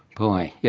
boy, yeah